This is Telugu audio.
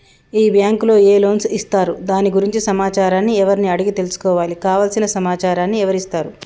ఈ బ్యాంకులో ఏ లోన్స్ ఇస్తారు దాని గురించి సమాచారాన్ని ఎవరిని అడిగి తెలుసుకోవాలి? కావలసిన సమాచారాన్ని ఎవరిస్తారు?